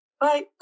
bye